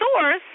source